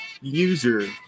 user